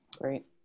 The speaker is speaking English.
Great